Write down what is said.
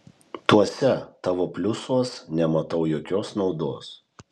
tuose tavo pliusuos nematau jokios naudos